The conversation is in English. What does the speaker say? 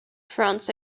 fronts